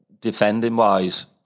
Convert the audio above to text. defending-wise